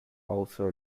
also